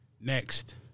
next